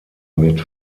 mit